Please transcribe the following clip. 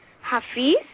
Hafiz